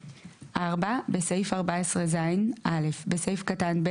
(4) בסעיף 14ז - (א) בסעיף קטן (ב),